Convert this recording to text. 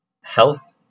health